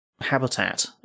habitat